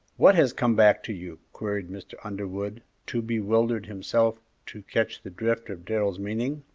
what has come back to you? queried mr. underwood too bewildered himself to catch the drift of darrell's meaning.